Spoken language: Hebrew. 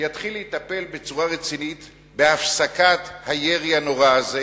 יתחיל לטפל בצורה רצינית בהפסקת הירי הנורא הזה,